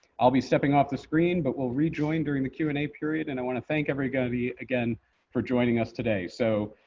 i'll be stepping off the screen, but will rejoin during the q and a period and i want to thank everybody again for joining us today. so,